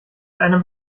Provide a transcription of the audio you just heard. einem